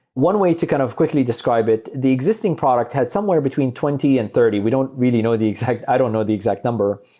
one way to kind of quickly describe it, the existing product had somewhere between twenty and thirty. we don't really know the exact i don't know the exact number,